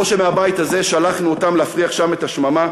שמהבית הזה שלחנו אותם להפריח שם את השממה,